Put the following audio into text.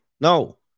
No